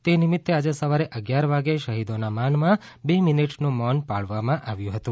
તે નિમિત્તે આજે સવારે અગિયાર વાગે શહીદોના માનમાં બે મીનીટનું મૌન પાળવામાં આવ્યું હતું